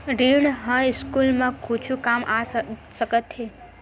ऋण ह स्कूल मा कुछु काम आ सकत हे?